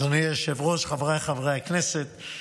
אדוני היושב-ראש, חבריי חברי הכנסת,